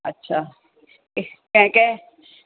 अच्छा इस कंहिं कंहिं